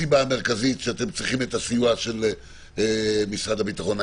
המרכזית שאתם צריכים את הסיוע של משרד הביטחון?